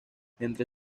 entre